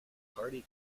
party